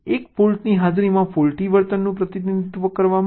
એક ફોલ્ટની હાજરીમાં ફોલ્ટી વર્તનનું પ્રતિનિધિત્વ કરવા માટે